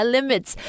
Limits